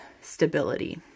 stability